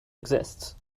exists